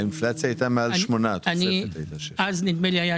האינפלציה הייתה מעל 8%. התוספת הייתה 6%. נדמה לי שאז זה היה